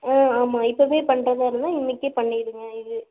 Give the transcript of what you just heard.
ஆமாம் இப்போவே பண்ணுறதா இருந்தால் இன்றைக்கே பண்ணிடுங்க இது